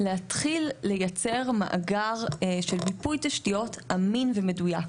להתחיל לייצר מאגר של מיפוי תשתיות אמין ומדויק.